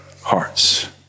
hearts